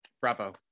bravo